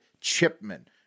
Chipman